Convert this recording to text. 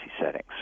settings